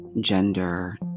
gender